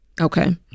Okay